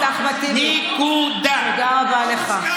חבר הכנסת אחמד טיבי, תודה רבה לך.